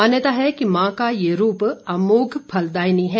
मान्यता है कि मां का यह रूप अमोघ फलदायिनी है